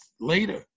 later